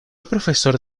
profesor